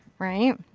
right.